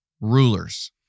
rulers